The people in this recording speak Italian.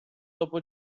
dopo